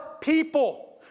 people